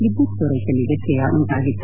ವಿದ್ಯುತ್ ಪೂರ್ನೆಕೆಯಲ್ಲಿ ವ್ಯತ್ನಯವುಂಟಾಗಿತ್ತು